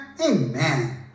Amen